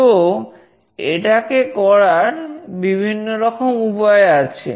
তো এটাকে করার বিভিন্ন রকম উপায় আছে